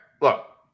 Look